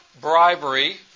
bribery